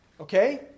Okay